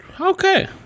Okay